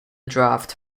draft